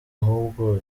ahubwo